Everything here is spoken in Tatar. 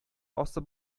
асып